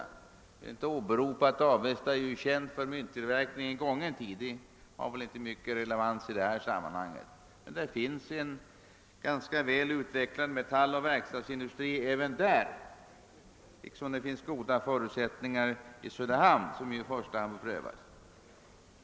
Vi har inte åberopat att Avesta är känt för sin mynttillverkning under gångna tider, eftersom detta inte har mycken relevans i det här sammanhanget. Det finns dock en ganska välutvecklad metalloch verkstadsindustri även där liksom det finns goda förutsättningar i Söderhamn som enligt vår mening i första hand bör prövas.